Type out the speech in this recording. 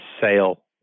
sale